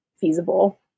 feasible